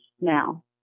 now